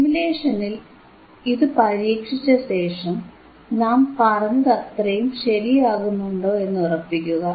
സിമുലേഷനിൽ ഇതു പരീക്ഷിച്ചശേഷം നാം പറഞ്ഞതത്രയും ശരിയാകുന്നുണ്ടോ എന്ന് ഉറപ്പിക്കുക